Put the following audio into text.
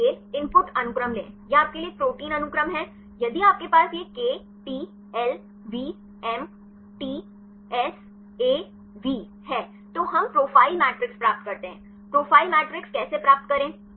इसलिए इनपुट अनुक्रम लें यह आपके लिए प्रोटीन अनुक्रम है यदि आपके पास यह KTLVMTSAV है तो हम प्रोफ़ाइल मैट्रिक्स प्राप्त करते हैं प्रोफ़ाइल मैट्रिक्स कैसे प्राप्त करें